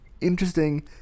interesting